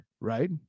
right